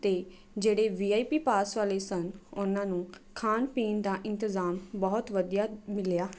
ਅਤੇ ਜਿਹੜੇ ਵੀ ਆਈ ਪੀ ਪਾਸ ਵਾਲੇ ਸਨ ਉਹਨਾਂ ਨੂੰ ਖਾਣ ਪੀਣ ਦਾ ਇੰਤਜ਼ਾਮ ਬਹੁਤ ਵਧੀਆ ਮਿਲਿਆ